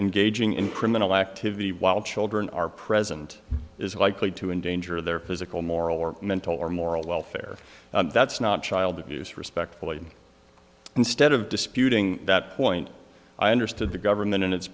engaging in criminal activity while children are present is likely to endanger their physical moral or mental or moral welfare that's not child abuse respectfully and instead of disputing that point i understood the government in